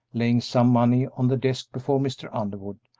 laying some money on the desk before mr. underwood,